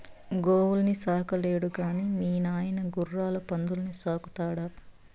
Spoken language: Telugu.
గోవుల్ని సాకలేడు గాని మీ నాయన గుర్రాలు పందుల్ని సాకుతాడా